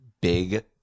big